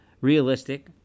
realistic